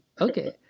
okay